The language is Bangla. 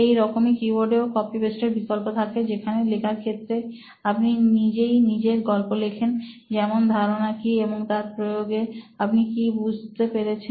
এই রকমই কিবোর্ডেও কপি পেস্টের বিকল্প থাকে যেখানে লেখার ক্ষেত্রে আপনি নিজেই নিজের গল্প লেখেন যেমন ধারণা কি এবং তার প্রয়োগে আপনি কি বুঝতে পেরেছেন